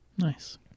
Nice